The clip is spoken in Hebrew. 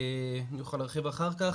אני אוכל להרחיב אח"כ.